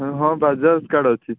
ହଁ ବଜାଜ୍ କାର୍ଡ଼ ଅଛି